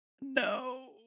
No